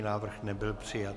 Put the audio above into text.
Návrh nebyl přijat.